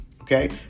okay